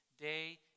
day